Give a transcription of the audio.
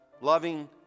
loving